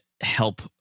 help